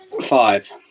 five